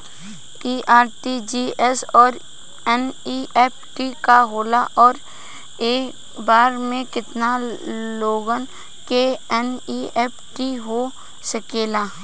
इ आर.टी.जी.एस और एन.ई.एफ.टी का होला और एक बार में केतना लोगन के एन.ई.एफ.टी हो सकेला?